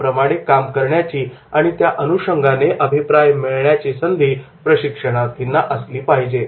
त्याप्रमाणे काम करण्याची आणि त्या अनुषंगाने अभिप्राय मिळण्याची संधी प्रशिक्षणार्थींना असली पाहिजे